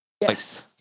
Yes